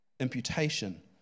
imputation